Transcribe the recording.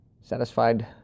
satisfied